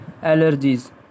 allergies